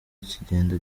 kigenda